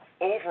over